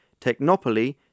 Technopoly